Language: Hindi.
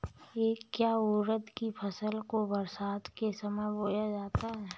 क्या उड़द की फसल को बरसात के समय बोया जाता है?